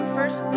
First